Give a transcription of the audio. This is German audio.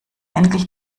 endlich